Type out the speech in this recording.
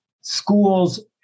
schools